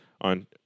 on